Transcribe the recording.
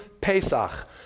pesach